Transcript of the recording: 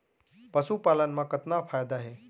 पशुपालन मा कतना फायदा हे?